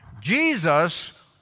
Jesus